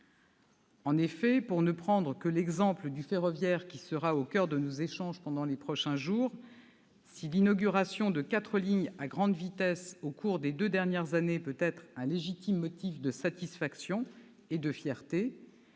En effet, pour ne prendre que l'exemple du ferroviaire qui sera au coeur de nos échanges pendant les prochains jours, si l'inauguration de quatre lignes à grande vitesse au cours des deux dernières années peut être un légitime motif de satisfaction, voire de fierté,